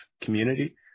community